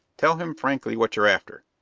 tell him frankly what you're after.